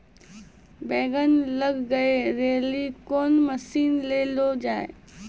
बैंगन लग गई रैली कौन मसीन ले लो जाए?